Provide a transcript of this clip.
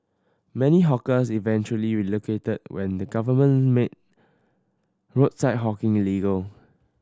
many hawkers eventually relocated when the government made roadside hawking illegal